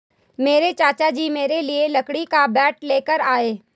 मेरे चाचा जी मेरे लिए लकड़ी का बैट लेकर आए